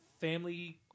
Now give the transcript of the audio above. family